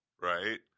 Right